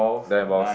don't have balls